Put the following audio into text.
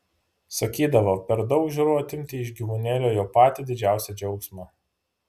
sakydavo per daug žiauru atimti iš gyvūnėlio jo patį didžiausią džiaugsmą